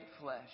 flesh